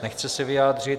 Nechce se vyjádřit.